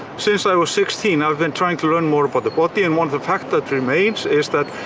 since i was sixteen i've been trying to learn more about the body and one of the facts that remains is that,